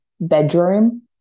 bedroom